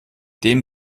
dem